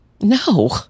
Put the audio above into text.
No